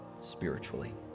spiritually